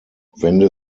wende